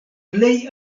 plej